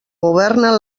governen